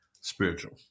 spiritual